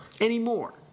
Anymore